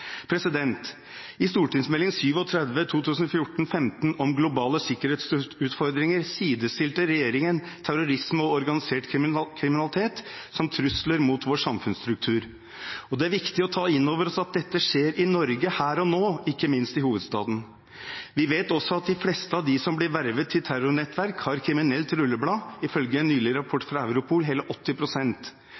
I Meld. St. 37 for 2014–2015 om globale sikkerhetsutfordringer sidestilte regjeringen terrorisme og organisert kriminalitet som trusler mot vår samfunnsstruktur. Og det er viktig å ta inn over oss at dette skjer i Norge her og nå, ikke minst i hovedstaden. Vi vet også at de fleste av dem som blir vervet til terrornettverk, har kriminelt rulleblad – ifølge en nylig rapport fra Europol hele